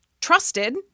trusted